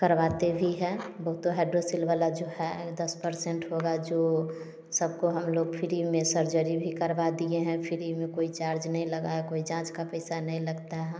करवाते भी हैं बहुतो हायड्रोसिल वाला जो है दस परसेंट होगा जो सबको हम लोग फ्री में सर्जरी भी करवा दिए हैं फ्री में कोई चार्ज नै लगा है कोई जाँच का पैस नहीं लगता हँ